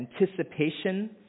anticipation